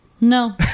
No